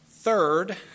Third